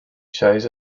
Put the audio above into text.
shows